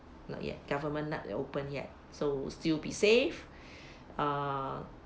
not yet government not open yet so still be safe uh